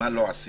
מה לא עשינו?